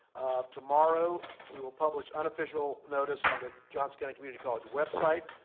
tomorrow, we will publish unofficial notice on the johnson county community college web site.